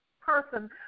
person